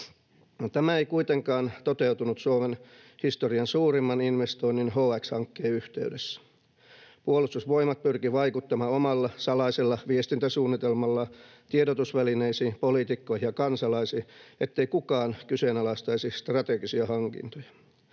tämä ei kuitenkaan toteutunut Suomen historian suurimman investoinnin, HX-hankkeen, yhteydessä. Puolustusvoimat pyrki vaikuttamaan omalla salaisella viestintäsuunnitelmallaan tiedotusvälineisiin, poliitikkoihin ja kansalaisiin, ettei kukaan kyseenalaistaisi strategisia hankintoja.